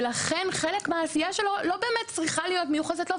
ולכן חלק מהעשייה שלו לא באמת צריכה להיות מיוחסת לו.